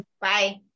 Bye